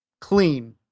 clean